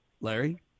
larry